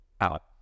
out